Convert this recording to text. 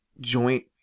joint